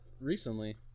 recently